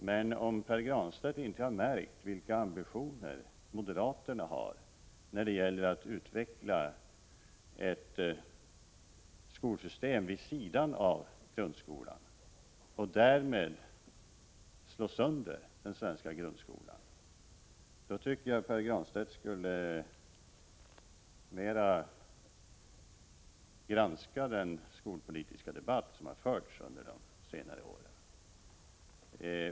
Men om Pär Granstedt inte har märkt vilka ambitioner moderaterna har när det gäller att utveckla ett skolsystem vid sidan av grundskolan och därmed slå sönder den svenska grundskolan, då tycker jag att Pär Granstedt närmare skall granska den skolpolitiska debatt som förts under de senare åren.